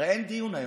הרי אין דיון היום.